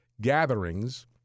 gatherings